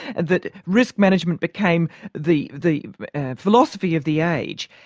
and that risk management became the the philosophy of the age,